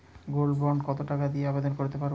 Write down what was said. Gold bond কত টাকা দিয়ে আবেদন করতে পারবো?